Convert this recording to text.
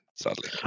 sadly